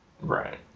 Right